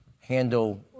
handle